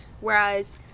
Whereas